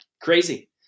Crazy